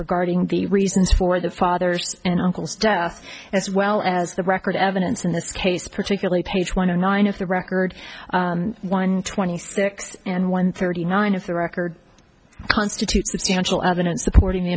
regarding the reasons for the fathers and uncles death as well as the record evidence in this case particularly page one of nine of the record one twenty six and one thirty nine of the record constitutes substantial evidence supporting the